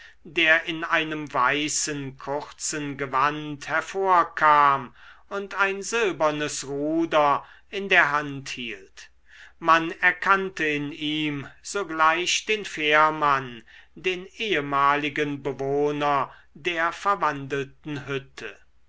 der in einem weißen kurzen gewand hervorkam und ein silbernes ruder in der hand hielt man erkannte in ihm sogleich den fährmann den ehemaligen bewohner der verwandelten hütte